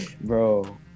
bro